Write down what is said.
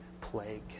plague